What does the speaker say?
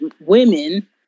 women